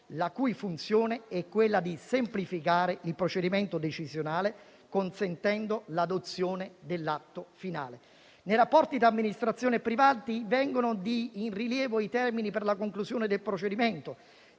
la cui funzione è semplificare il procedimento decisionale consentendo l'adozione dell'atto finale. Nei rapporti tra amministrazione e privati vengono in rilievo i termini per la conclusione del procedimento.